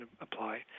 apply